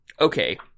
okay